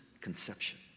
conception